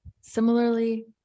Similarly